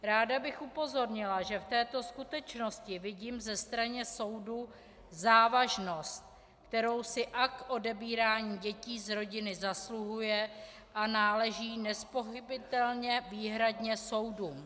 Ráda bych upozornila, že v této skutečnosti vidím ze strany soudů závažnost, kterou si akt odebírání dětí z rodiny zasluhuje, a náleží nezpochybnitelně výhradně soudům.